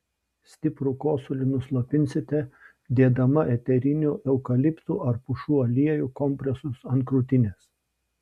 stiprų kosulį nuslopinsite dėdama eterinių eukaliptų ar pušų aliejų kompresus ant krūtinės